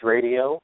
Radio